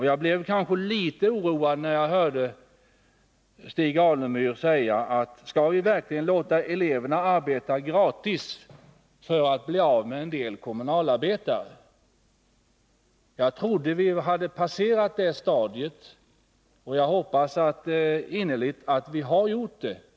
Jag blev litet oroad när jag hörde Stig Alemyr fråga, om vi verkligen skall låta eleverna arbeta gratis för att bli av med en del kommunalarbetare, som han uttryckte det. Jag trodde vi hade passerat det stadiet. Jag hoppas innerligt att vi har gjort det.